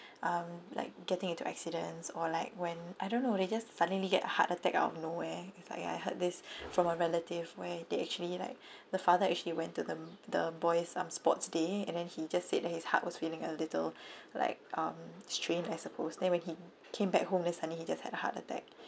um like getting into accidents or like when I don't know they just suddenly get heart attack out of nowhere it's like I heard this from a relative where they actually like the father actually went to the the boys um sports day and then he just said that his heart was feeling a little like um strange I supposed then when he came back home then suddenly he just had heart attack